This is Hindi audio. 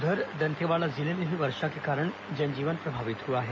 उधर दंतेवाड़ा जिले में भी वर्षा के कारण जन जीवन प्रभावित हुआ है